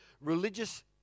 religious